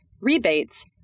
rebates